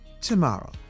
tomorrow